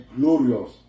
glorious